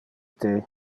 the